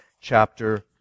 chapter